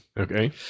Okay